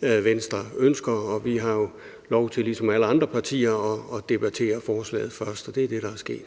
Venstre ønsker. Vi har jo lov til ligesom alle andre partier at debattere forslaget først, og det er det, der er sket.